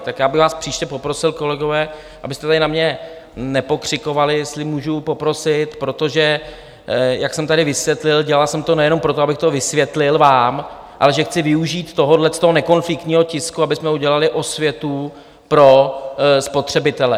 Tak já bych vás příště poprosil, kolegové, abyste tady na mě nepokřikovali, jestli můžu poprosit, protože jak jsem tady vysvětlil, dělal jsem to nejenom proto, abych to vysvětlil vám, ale že chci využít tohoto nekonfliktního tisku, abychom udělali osvětu pro spotřebitele.